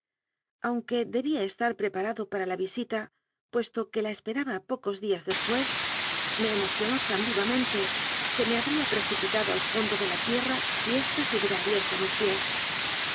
aunque debía estar preparado para la visita puesto que la esperaba pocos días después me emocionó tan vivamente que me ha bría precipitado al fondo de la tierra si ésta se hu biera abierto a mis pies